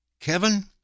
Kevin